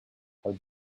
how